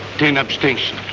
ten abstentions.